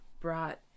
brought